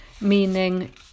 meaning